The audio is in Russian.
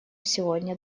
сегодня